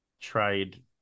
trade